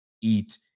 eat